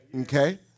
okay